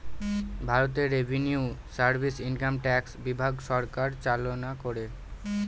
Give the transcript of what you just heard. ভারতে revenue service income tax বিভাগ সরকার চালনা করে